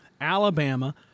Alabama